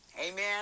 amen